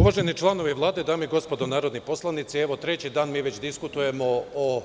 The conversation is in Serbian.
Uvaženi članovi Vlade, dame i gospodo narodni poslanici, evo već treći dan diskutujemo o